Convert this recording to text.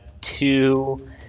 two